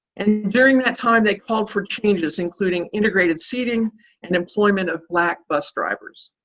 and during that time they called for changes, including integrated seating and employment of black bus drivers.